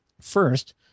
First